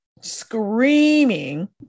screaming